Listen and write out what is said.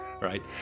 right